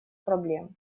проблем